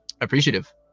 appreciative